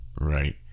right